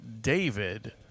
David